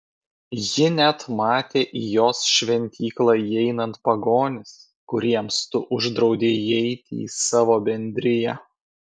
ji net matė į jos šventyklą įeinant pagonis kuriems tu uždraudei įeiti į savo bendriją